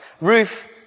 Ruth